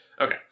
Okay